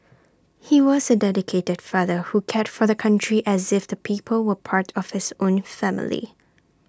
he was A dedicated father who cared for the country as if the people were part of his own family